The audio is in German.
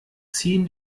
ziehen